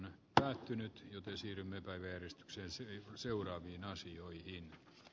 nyt täyttynyt joten siirrymme päiväjärjestykseen siihen seuraaviin asioihin